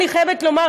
אני חייבת לומר,